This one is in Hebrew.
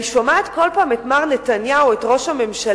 אני שומעת כל פעם את מר נתניהו, את ראש הממשלה,